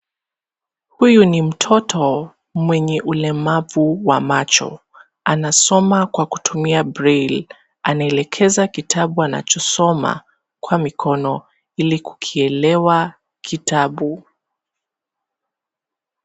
Huyu ni mtoto mwenye ulemavu wa macho. Anasoma kwa kutumia braile . Anaelekeza kitabu anachosoma kwa mikono ili kukielewa kitabu.